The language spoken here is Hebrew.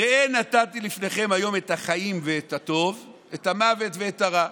"ראה נתתי לפניך היום את החיים ואת הטוב ואת המות ואת הרע".